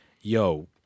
yo